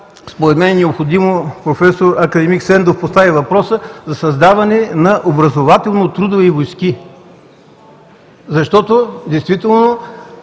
мен е необходимо, академик Сендов постави въпроса за създаване на образователно трудови войски, защото действително